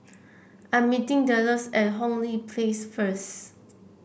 I'm meeting Delos at Hong Lee Place first